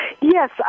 Yes